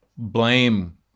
blame